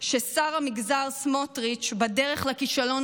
ששר המגזר סמוטריץ' בדרך לכישלון